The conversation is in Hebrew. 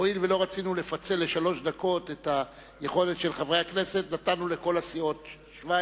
האיחוד הלאומי וחד"ש שלא להחיל דין רציפות על הצעות החוק